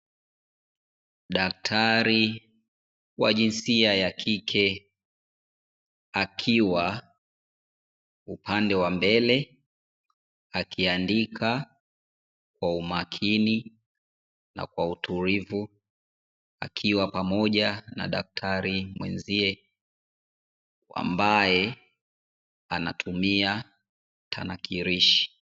Daktari wa jinsia ya kike akuwa upande wa mbele akiandika kwa umakini na kwa utulivu akiwa pamoja na daktari mwenzie ambaye anatumia tanalikishi.